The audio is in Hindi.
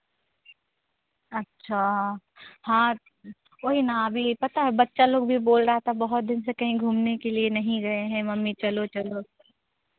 अच्छा हाँ वही ना अभी पता है बच्चा लोग भी बोल रहा था बहुत दिन से कहीं घूमने के लिए नहीं गए हैं मम्मी चलो चलो